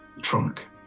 trunk